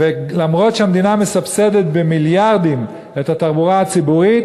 אומנם המדינה מסבסדת במיליארדים את התחבורה הציבורית,